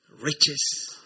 riches